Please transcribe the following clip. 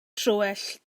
troell